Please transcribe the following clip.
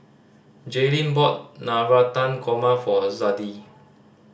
Jaelynn brought Navratan Korma for Zadie